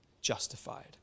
justified